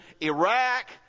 Iraq